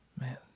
Man